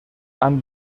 han